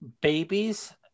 babies